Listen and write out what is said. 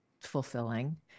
fulfilling